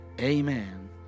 Amen